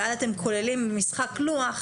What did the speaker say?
ואז אתם כוללים משחק לוח